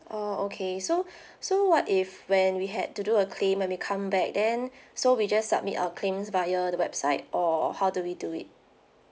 oh okay so so what if when we had to do a claim when we come back then so we just submit our claims via the website or how do we do it